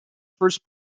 first